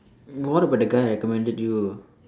what about the guy I recommended you